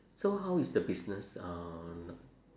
so how is the business uh